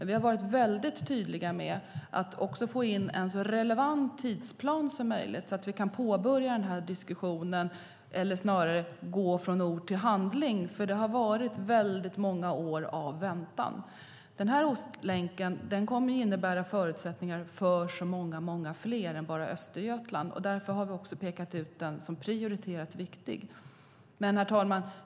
Vi har också varit tydliga med att vi vill få in en så relevant tidsplan som möjligt så att vi kan gå från ord till handling, för det har varit väldigt många år av väntan. Ostlänken kommer att innebära förutsättningar för så många fler län än Östergötland. Därför har vi pekat ut den som prioriterad och viktig. Herr talman!